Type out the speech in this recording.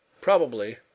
Probably